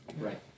Right